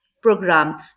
program